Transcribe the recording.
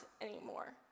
anymore